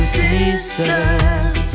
sisters